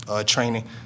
training